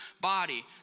body